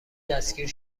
دستگیر